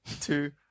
two